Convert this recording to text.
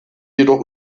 jedoch